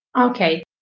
Okay